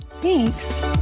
Thanks